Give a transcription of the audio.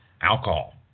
alcohol